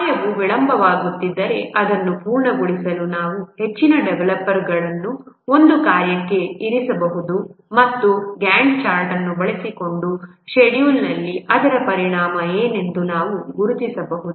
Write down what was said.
ಕಾರ್ಯವು ವಿಳಂಬವಾಗುತ್ತಿದ್ದರೆ ಅದನ್ನು ಪೂರ್ಣಗೊಳಿಸಲು ನಾವು ಹೆಚ್ಚಿನ ಡೆವಲಪರ್ಗಳನ್ನು ಒಂದು ಕಾರ್ಯಕ್ಕೆ ಇರಿಸಬಹುದು ಮತ್ತು GANTT ಚಾರ್ಟ್ ಅನ್ನು ಬಳಸಿಕೊಂಡು ಷೆಡ್ಯೂಲ್ನಲ್ಲಿ ಅದರ ಪರಿಣಾಮ ಏನೆಂದು ನಾವು ಗುರುತಿಸಬಹುದು